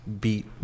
beat